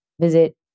Visit